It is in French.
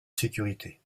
sécurité